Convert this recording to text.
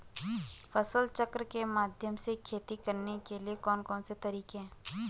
फसल चक्र के माध्यम से खेती करने के लिए कौन कौन से तरीके हैं?